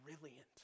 brilliant